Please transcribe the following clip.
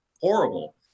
horrible